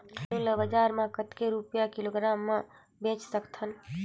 आलू ला बजार मां कतेक रुपिया किलोग्राम म बेच सकथन?